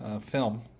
film